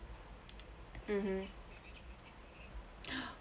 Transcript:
mmhmm